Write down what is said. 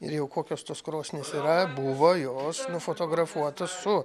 ir jau kokios tos krosnys yra buvo jos nufotografuotos su